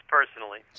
personally